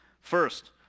First